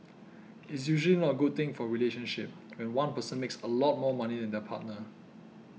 it's usually not a good thing for a relationship when one person makes a lot more money than their partner